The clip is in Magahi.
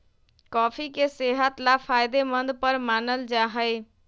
कॉफी के सेहत ला फायदेमंद पर मानल जाहई